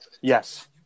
Yes